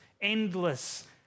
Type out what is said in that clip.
endless